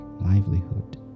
livelihood